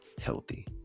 healthy